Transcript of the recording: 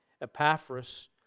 Epaphras